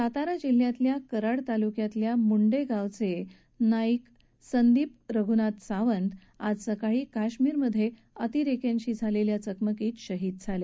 सातारा जिल्ह्यातल्या कराड तालुक्याच्या मुंडे गावाचे नाईक संदीप रघुनाथ सावंत आज सकाळी काश्मिरमधे अतिरेक्यांशी झालेल्या चकमकीत शहीद झाले